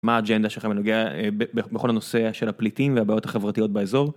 מה האג'נדה שלכם בנוגע בכל הנושא של הפליטים והבעיות החברתיות באזור